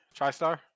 TriStar